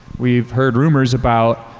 we've heard rumors about,